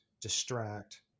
distract